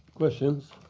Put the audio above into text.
questions?